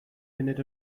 munud